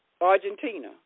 Argentina